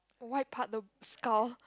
wipe part the skull